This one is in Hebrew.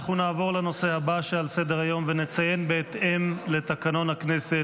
נעבור לנושא הבא שעל סדר-היום ונציין בהתאם לתקנון הכנסת